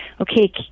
okay